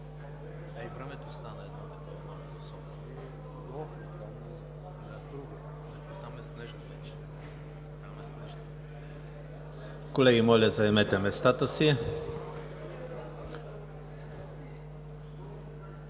Колеги, моля, заемете местата си